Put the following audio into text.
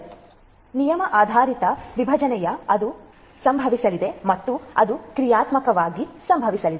ಆದ್ದರಿಂದ ನಿಯಮ ಆಧಾರಿತ ವಿಭಜನೆಯು ಅದು ಸಂಭವಿಸಲಿದೆ ಮತ್ತು ಅದು ಕ್ರಿಯಾತ್ಮಕವಾಗಿ ಸಂಭವಿಸಲಿದೆ